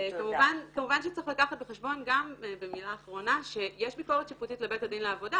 כמובן שצריך לקחת בחשבון גם שיש ביקורת שיפוטית לבית הדין לעבודה.